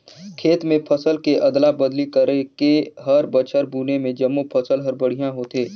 खेत म फसल के अदला बदली करके हर बछर बुने में जमो फसल हर बड़िहा होथे